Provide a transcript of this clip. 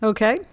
Okay